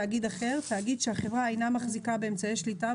"תאגיד אחר" תאגיד שהחברה אינה מחזיקה באמצעי שליטה